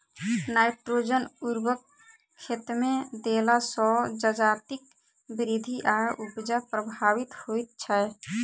nitrogen उर्वरक खेतमे देला सॅ जजातिक वृद्धि आ उपजा प्रभावित होइत छै